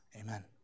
Amen